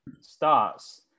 starts